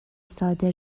صادر